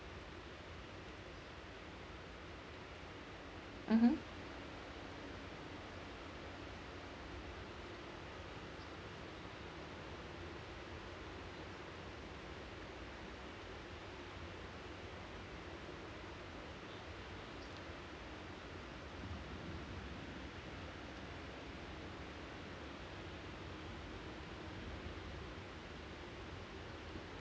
mmhmm